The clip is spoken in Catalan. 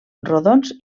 rodons